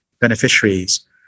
beneficiaries